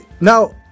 now